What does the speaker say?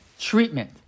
Treatment